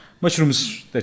Mushrooms